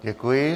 Děkuji.